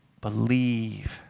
believe